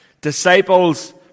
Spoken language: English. Disciples